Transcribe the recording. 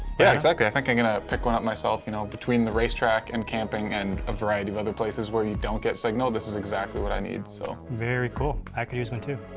yeah, exactly, i think i'm gonna pick one up myself, you know between the racetrack and camping and a variety of other places where you don't get signaled. this is exactly what i need so. very cool, i could use one too.